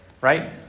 right